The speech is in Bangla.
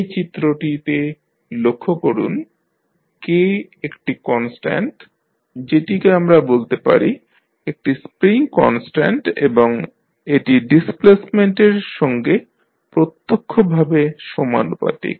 এই চিত্রটিতে লক্ষ্য করুন K একটি কনস্ট্যান্ট যেটিকে আমরা বলতে পারি একটি স্প্রিং কনস্ট্যান্ট এবং এটি ডিসপ্লেসমেন্ট এর সঙ্গে প্রত্যক্ষভাবে সমানুপাতিক